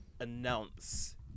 announce